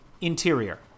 Interior